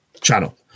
channel